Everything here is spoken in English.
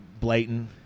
blatant